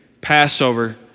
Passover